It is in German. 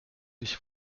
ich